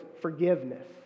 forgiveness